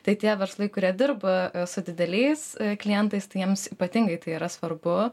tai tie verslai kurie dirba su dideliais klientais tai jiems ypatingai tai yra svarbu